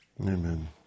Amen